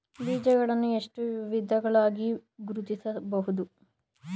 ಬೀಜಗಳನ್ನು ಎಷ್ಟು ವಿಧಗಳಾಗಿ ಗುರುತಿಸಬಹುದು?